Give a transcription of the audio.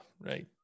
right